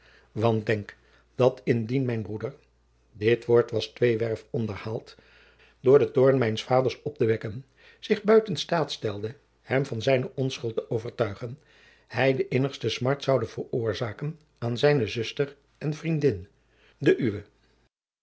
want denk dat indien mijn broeder dit woord was tweewerf onderhaald door den toorn mijns vaders op te wekken zich buiten staat stelde hem van zijne onschuld te overtuigen hij de innigste smart zoude veroorzaken aan zijne zuster en vriendin u